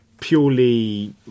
purely